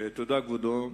תודה, כבודו.